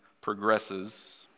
progresses